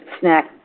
snack